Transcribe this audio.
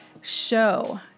show